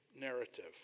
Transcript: narrative